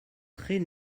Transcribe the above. trés